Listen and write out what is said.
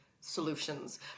solutions